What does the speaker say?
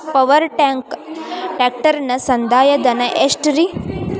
Power track ಟ್ರ್ಯಾಕ್ಟರನ ಸಂದಾಯ ಧನ ಎಷ್ಟ್ ರಿ?